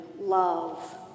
love